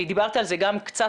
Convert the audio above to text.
ודיברת על זה גם קצת,